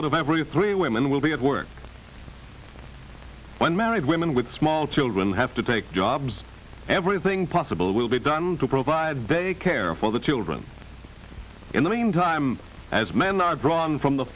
out of every three women will be at work when married women with small children have to take jobs everything possible will be done to provide care for the children in the meantime as men are brought in from the